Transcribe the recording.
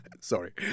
Sorry